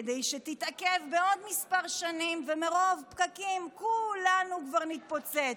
כדי שתתעכב בעוד כמה שנים ומרוב פקקים כולנו כבר נתפוצץ,